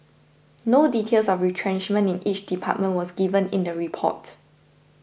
no details of retrenchment in each department was given in the report